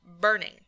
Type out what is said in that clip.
burning